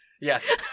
Yes